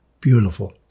beautiful